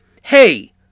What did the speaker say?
hey